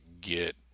get